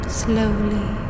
slowly